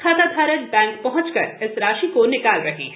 खाता धारक बैंक पहचकर इस राशि को निकाल रहे हैं